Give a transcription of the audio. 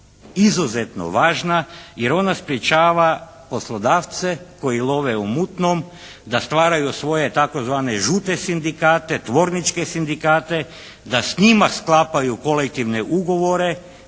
izuzetno važna jer ona sprječava poslodavce koji love u mutnom da stvaraju svoje tzv. žute sindikate, tvorničke sindikate, da s njima sklapaju kolektivne ugovore